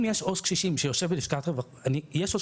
אם יש עובד סוציאלי קשישים שיושב בלשכת רווחה ויש עובד